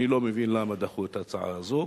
אני לא מבין למה דחו את ההצעה הזו.